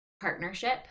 partnership